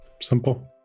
Simple